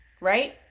Right